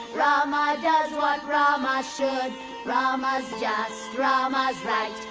rama does what rama should rama's just, rama's right,